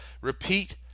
repeat